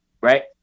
right